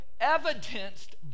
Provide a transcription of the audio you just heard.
evidenced